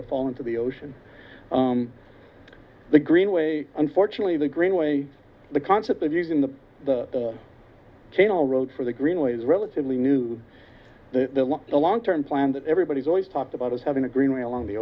to fall into the ocean the greenway unfortunately the greenway the concept of using the channel road for the greenway is relatively new the long term plan that everybody's always talked about is having a green way along the